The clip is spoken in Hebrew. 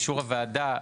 באישור הוועדה,